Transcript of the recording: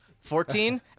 Fourteen